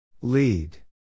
Lead